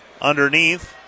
Underneath